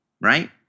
Right